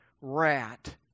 rat